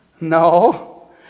no